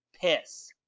piss